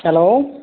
hello